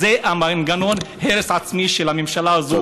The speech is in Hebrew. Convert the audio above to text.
זה מנגנון הרס עצמי של הממשלה הזאת,